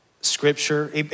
scripture